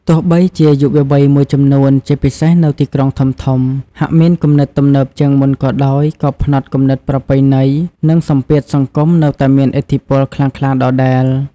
ទោះបីជាយុវវ័យមួយចំនួន ជាពិសេសនៅទីក្រុងធំៗ ហាក់មានគំនិតទំនើបជាងមុនក៏ដោយ ក៏ផ្នត់គំនិតប្រពៃណី និងសម្ពាធសង្គមនៅតែមានឥទ្ធិពលខ្លាំងក្លាដដែល។